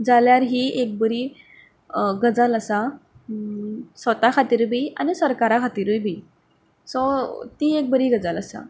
जाल्यार ही एक बरी गजाल आसा स्वता खातीर बी आनी सरकारां खातीरूय बी सो ती एक बरी गजाल आसा